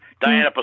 Diana